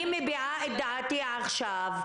אני מביעה את דעתי עכשיו,